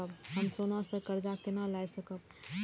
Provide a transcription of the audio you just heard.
हम सोना से कर्जा केना लाय सकब?